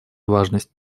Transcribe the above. важность